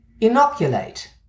Inoculate